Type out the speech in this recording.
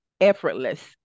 effortless